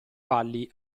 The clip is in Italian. valli